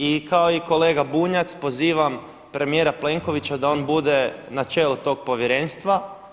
I kao i kolega Bunjac pozivam premijera Plenkovića da on bude na čelu tog povjerenstva.